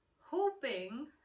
hoping